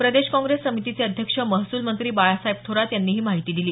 प्रदेश काँग्रेस समितीचे अध्यक्ष महसूलमंत्री बाळासाहेब थोरात यांनी ही माहिती दिली